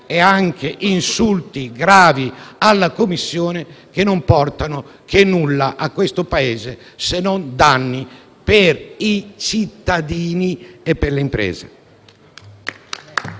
rivolto insulti gravi alla Commissione che non porteranno nulla a questo Paese, se non danni per i cittadini e le imprese?